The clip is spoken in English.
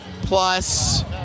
plus